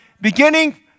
beginning